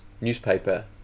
newspaper